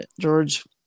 George